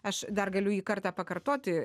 aš dar galiu jį kartą pakartoti